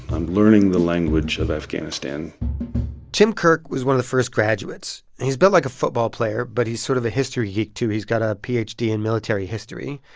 i'm learning the language of afghanistan tim kirk was one of the first graduates. and he's built like a football player, but he's sort of a history geek, too. he's got a ph d. in military history.